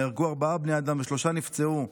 נהרגו ארבעה בני אדם ושלושה נפצעו.